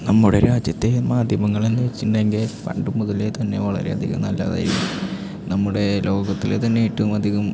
നമ്മുടെ രാജ്യത്തെ മാധ്യമങ്ങളെന്നു വെച്ചിട്ടുണ്ടെങ്കിൽ പണ്ട് മുതലെ തന്നെ വളരെയധികം നല്ലതായിരിക്കും നമ്മുടെ ലോകത്തിലെ തന്നെ ഏറ്റവും അധികം